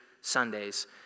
Sundays